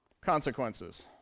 consequences